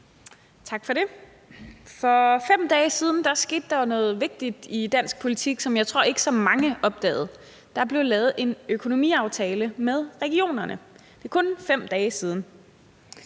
Tak for det. For 5 dage siden skete der jo noget vigtigt i dansk politik, som jeg tror ikke så mange opdagede. Der blev lavet en økonomiaftale med regionerne. Det er kun 5 dage siden.